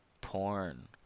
porn